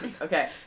Okay